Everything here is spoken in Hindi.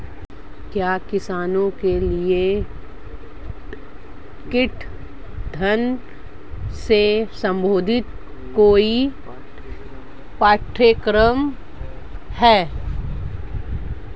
क्या किसानों के लिए कीट प्रबंधन से संबंधित कोई पाठ्यक्रम है?